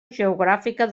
geogràfica